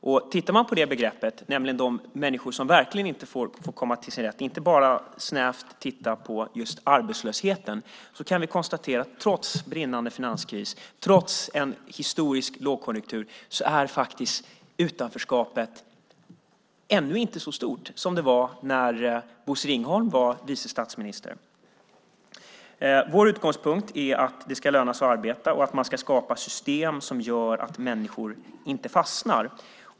Om vi tittar på det begreppet, nämligen de människor som verkligen inte får komma till sin rätt, inte bara snävt tittar på just arbetslösheten, kan vi konstatera att trots brinnande finanskris, trots en historisk lågkonjunktur är faktiskt utanförskapet ännu inte så stort som det var när Bosse Ringholm var vice statsminister. Vår utgångspunkt är att det ska löna sig att arbeta och att man ska skapa system som gör att människor inte fastnar.